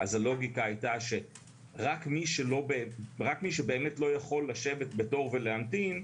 אז הלוגיקה הייתה שרק מי שבאמת לא יכול לשבת בתור ולהמתין,